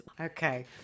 Okay